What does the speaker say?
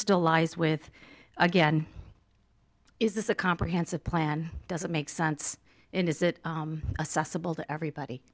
still lies with again is this a comprehensive plan doesn't make sense and is it assessable to everybody